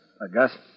August